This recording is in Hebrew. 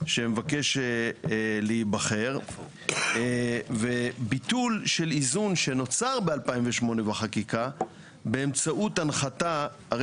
שמבקש להיבחר וביטול של איזון שנוצר ב-2008 בחקיקה באמצעות הנחתה.